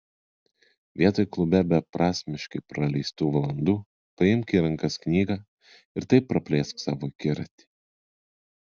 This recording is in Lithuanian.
vietoj klube beprasmiškai praleistų valandų paimk į rankas knygą ir taip praplėsk savo akiratį